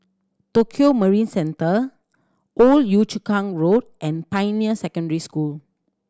Tokio Marine Centre Old Yio Chu Kang Road and Pioneer Secondary School